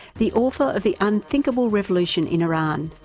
the author of the unthinkable revolution in iran,